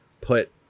put